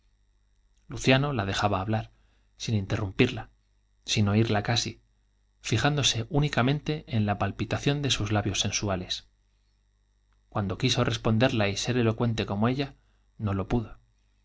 luciano la dejaba hablar sin interrumpirla sin oir la casi fijándose únicamente e la palpitación de sus labios sensuales cuando quiso responderla y ser elocuente como ella no lo pudo